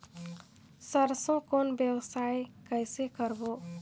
सरसो कौन व्यवसाय कइसे करबो?